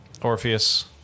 Orpheus